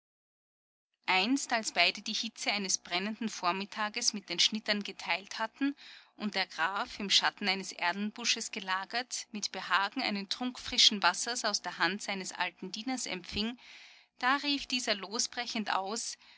einst als beide die hitze eines brennenden vormittages mit den schnittern geteilt hatten und der graf im schatten eines erlenbusches gelagert mit behagen einen trunk frischen wassers aus der hand seines alten dieners empfing da rief dieser losbrechend aus